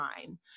time